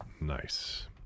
Nice